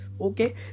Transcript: Okay